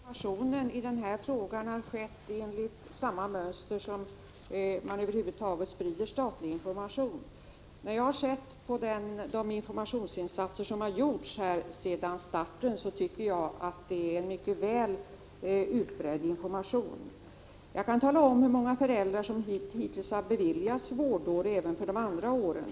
Herr talman! Jag tror att informationen i denna fråga har skett enligt samma mönster som statlig information över huvud taget sprids. Efter det att jag har studerat de informationsinsatser som har gjorts sedan starten tycker jag att det har varit en mycket väl utbredd information. Jag kan tala om hur många föräldrar som hittills har beviljats vårdår även för de andra åren.